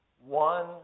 one